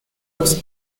los